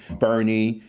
bernie,